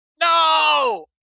No